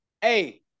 hey